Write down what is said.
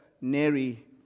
Neri